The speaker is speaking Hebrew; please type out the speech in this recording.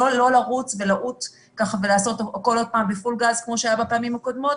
לא לרוץ ולעוט ולעשות הכול עוד פעם בפול-גז כמו שהיה בפעמים הקודמות,